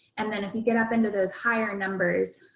and then if you get up into those higher numbers,